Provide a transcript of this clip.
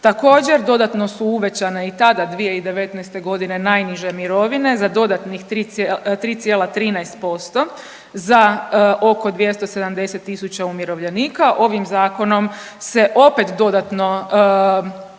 Također, dodatno su uvećane i tada 2019. godine najniže mirovine za dodatnih 3,13% za oko 270.000 umirovljenika, ovim zakonom se opet dodatno